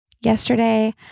yesterday